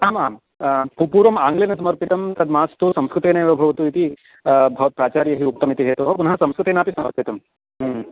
आमाम् पूर्वम् आङ्ग्लेन समर्पितं तद् मास्तु संस्कृतेनैव भवतु इति भवत्प्राचार्यैः उक्तमिति हेतोः पुनः संस्कृतेनापि समर्पितं